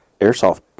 airsoft